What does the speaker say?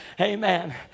Amen